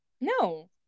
no